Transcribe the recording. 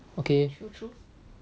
okay